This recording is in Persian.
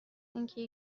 اینکه